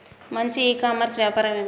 మంచి e commerce వ్యాపారం ఏమిటీ?